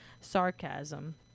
sarcasm